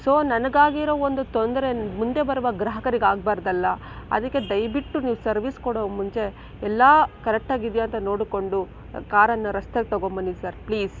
so ನನಗಾಗಿರೋ ಒಂದು ತೊಂದರೆ ಮುಂದೆ ಬರುವ ಗ್ರಾಹಕರಿಗೆ ಆಗಬಾರ್ದಲ್ಲ ಅದಕ್ಕೆ ದಯವಿಟ್ಟು ನೀವು ಸರ್ವೀಸ್ ಕೊಡೋ ಮುಂಚೆ ಎಲ್ಲ ಕರೆಕ್ಟಾಗಿದೆಯಾ ಅಂತ ನೋಡಿಕೊಂಡು ಕಾರನ್ನು ರಸ್ತೆಗೆ ತೊಗೊಂಡ್ಬನ್ನಿ ಸರ್ ಪ್ಲೀಸ್